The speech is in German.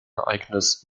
ereignis